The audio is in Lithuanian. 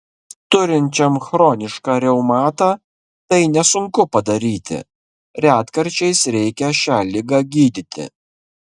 turinčiam chronišką reumatą tai nesunku padaryti retkarčiais reikia šią ligą gydyti